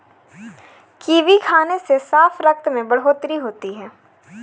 kiwi खाने से साफ रक्त में बढ़ोतरी होती है